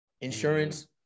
insurance